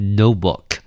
notebook